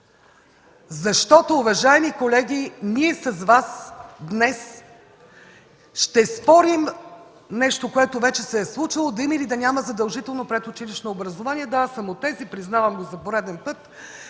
Защото, уважаеми колеги, ние с Вас днес ще спорим – нещо, което вече се е случило – да има, или да няма задължително образование. Да, аз съм от тези, признавам го за пореден път,